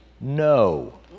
no